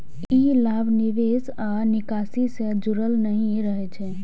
ई लाभ निवेश आ निकासी सं जुड़ल नहि रहै छै